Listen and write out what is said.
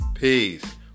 Peace